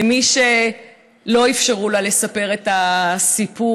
למי שלא אפשרו לה לספר את הסיפור